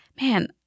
man